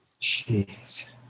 Jeez